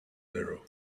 little